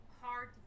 hard